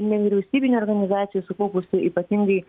nevyriausybinių organizacijų sukaupusių ypatingai